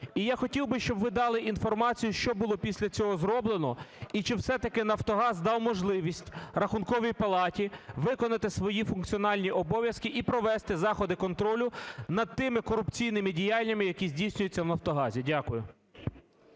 І я хотів би, щоб ви дали інформацію, що було після цього зроблено, і чи все-таки "Нафтогаз" дав можливість Рахунковій палаті виконати свої функціональні обов'язки і провести заходи контролю над тими корупційними діяннями, які здійснюються в "Нафтогазі". Дякую.